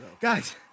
Guys